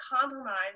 compromised